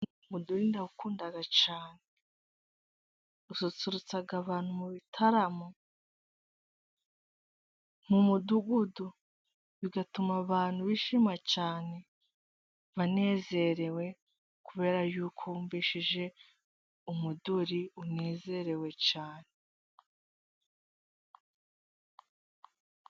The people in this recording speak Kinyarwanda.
umuduri ndawukunda cyane, ususurutsa abantu mu bitaramo, mu mudugudu, bigatuma abantu bishima cyane, banezerewe, kubera yuko bumvishije umuduri, banezerewe cyane.